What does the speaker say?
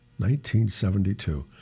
1972